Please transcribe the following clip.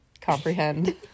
comprehend